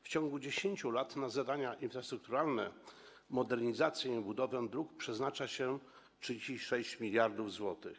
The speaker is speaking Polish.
W ciągu 10 lat na zadania infrastrukturalne, modernizację i budowę dróg przeznaczy się 36 mld zł.